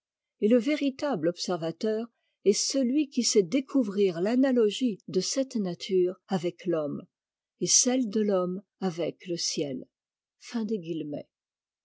et le véritable observateur est celui qui sait découvrir l'analogie de cette nature avec l'homme et celle de l'homme avec le ciel